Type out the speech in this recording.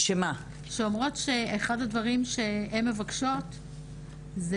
שאומרות לי שאחד הדברים שהן מבקשות זה